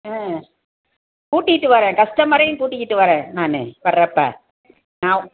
ஆ கூட்டிட்டு வரேன் கஸ்டமரையும் கூட்டிக்கிட்டு வரேன் நான் வர்றப்போ நான்